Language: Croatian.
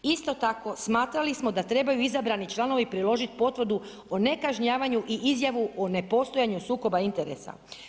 Isto tako smatrali smo da trebaju izabrani članovi priložit potvrdu o nekažnjavanju i izjavu o nepostojanju sukoba interesa.